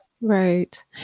Right